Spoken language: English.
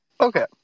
Okay